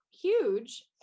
huge